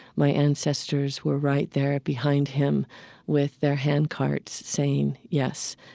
my ancestors were right there behind him with their handcarts saying, yes.